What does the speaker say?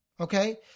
Okay